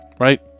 Right